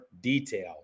detail